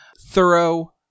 thorough